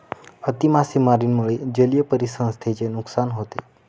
अति मासेमारीमुळे जलीय परिसंस्थेचे नुकसान होते